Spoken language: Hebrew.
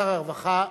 כשר הרווחה,